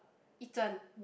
Yi-Zhen